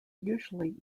usually